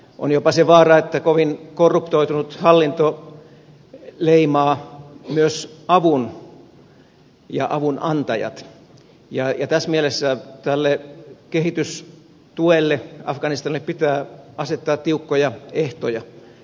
on jopa se vaara että kovin korruptoitunut hallinto leimaa myös avun ja avunantajat ja tässä mielessä tälle kehitystuelle afganistanille pitää asettaa tiukkoja ehtoja